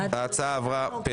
ההצעה עברה פה